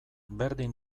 berdin